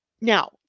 Now